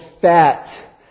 fat